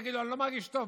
יגיד לו: אני לא מרגיש טוב,